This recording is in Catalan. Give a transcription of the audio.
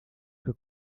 que